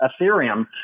Ethereum